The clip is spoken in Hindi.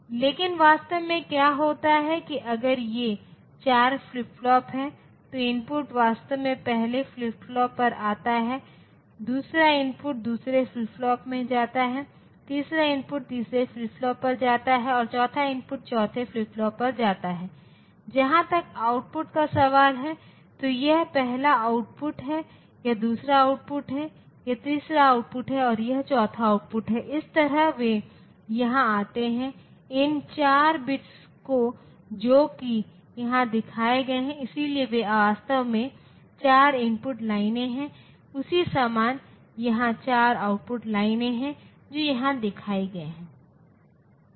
लेकिन वास्तव में क्या होता है कि अगर ये 4 फ्लिप फ्लॉप हैं तो इनपुट वास्तव में पहले फ्लिप फ्लॉप पर आता है दूसरा इनपुट दूसरे फ्लिप फ्लॉप पर जाता है तीसरा इनपुट तीसरे फ्लिप फ्लॉप पर जाता है और चौथा इनपुट चौथे फ्लिप फ्लॉप पर जाता है जहां तक आउटपुट का सवाल है तो यह पहला आउटपुट है यह दूसरा आउटपुट है यह तीसरा आउटपुट है और यह चौथा आउटपुट है इस तरह वे यहां आते हैं इन 4 बिट्स को जो कि यहां दिखाए गए इसलिए वे वास्तव में चार इनपुट लाइनें हैं उसी समान यहां चार आउटपुट लाइनों हैं जो यहां दिखाए गए हैं